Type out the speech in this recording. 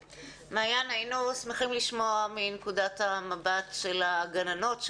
מעיין, היינו שמחים לשמוע מנקודת המבט של הגננות.